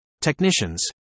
Technicians